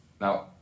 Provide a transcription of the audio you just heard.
Now